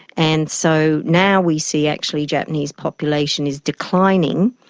and so now we see actually japanese population is declining,